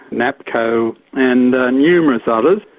napco and numerous others.